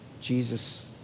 jesus